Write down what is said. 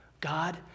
God